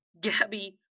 Gabby